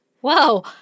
Whoa